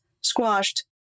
squashed